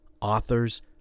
authors